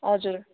हजुर